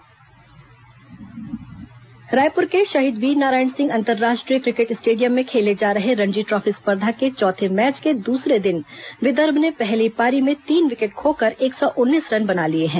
Ranji trophy tennis Raipur के शहीद वीरनारायण सिंह अंतर्राष्ट्रीय cricket stadium में खेले जा रहे रणजी ट्रॉफी स्पर्धा के चौथे मैच के दूसरे दिन विदर्भ ने पहली पारी में तीन विकेट खोकर एक सौ उन्नीस रन बना लिए हैं